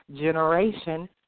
generation